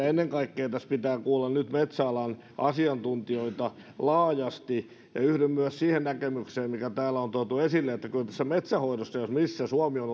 ennen kaikkea tässä pitää kuulla nyt metsäalan asiantuntijoita laajasti yhdyn myös siihen näkemykseen mikä täällä on tuotu esille että kyllä tässä metsänhoidossa jos missä suomi on